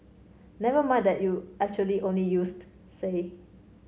never mind that you actually only used say